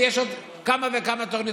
ויש עוד כמה וכמה תוכניות.